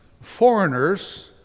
foreigners